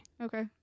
Okay